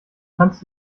kannst